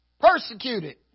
Persecuted